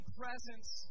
presence